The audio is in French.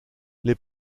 les